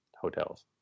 hotels